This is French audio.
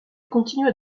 continua